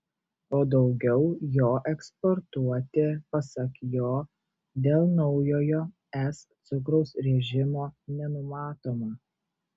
o daugiau jo eksportuoti pasak jo dėl naujojo es cukraus režimo nenumatoma